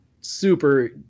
super